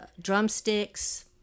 drumsticks